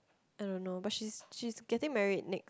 I don't know but she's she's getting married next